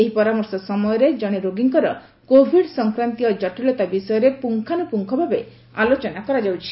ଏହି ପରାମର୍ଶରେ ଜଣେ ରୋଗୀଙ୍କର ସମସ୍ତ କୋଭିଡ୍ ସଂକ୍ରାନ୍ତୀୟ କଟିଳତା ବିଷୟରେ ପୁଙ୍ଗାନୁପୁଙ୍ଗ ଭାବେ ଆଲୋଚନା କରାଯାଉଛି